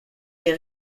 est